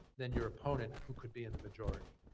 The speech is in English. than your opponent who could be in the majority?